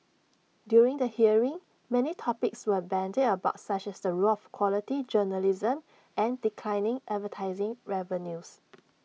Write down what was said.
during the hearing many topics were bandied about such as the role of quality journalism and declining advertising revenues